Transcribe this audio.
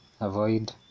avoid